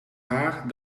haar